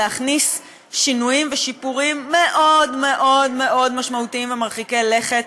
להכניס שינויים ושיפורים מאוד מאוד מאוד משמעותיים ומרחיקי לכת